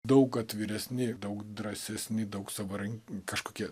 daug atviresni daug drąsesni daug savaran kažkokie